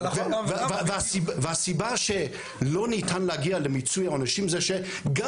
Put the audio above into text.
נכון והסיבה שלא ניתן להגיע למיצוי העונשים זה שגם